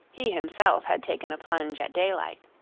he himself had taken a plunge at daylight.